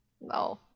No